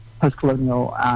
post-colonial